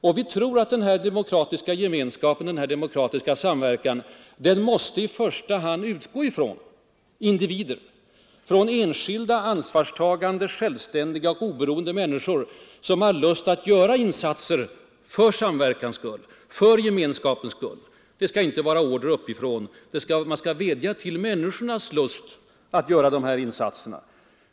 Och vi tror att den här demokratiska gemenskapen — samverkan — i första hand måste utgå från individer, från enskilda, ansvarstagande, självständiga och oberoende människor, som har lust att göra insatser för samverkans skull, för gemenskapens skull. Det skall inte vara order uppifrån. Man skall vädja till människornas lust att göra dessa insatser.